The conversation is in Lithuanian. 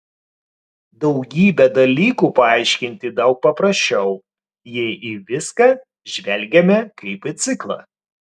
daugybę dalykų paaiškinti daug paprasčiau jei į viską žvelgiame kaip į ciklą